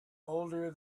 older